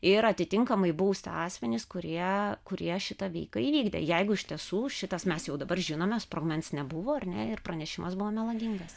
ir atitinkamai bausti asmenis kurie kurie šitą veiką įvykdė jeigu iš tiesų šitas mes jau dabar žinome sprogmens nebuvo ar ne ir pranešimas buvo melagingas